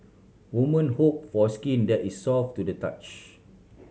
woman hope for skin that is soft to the touch